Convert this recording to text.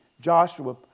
Joshua